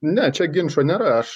ne čia ginčo nėra aš